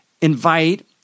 invite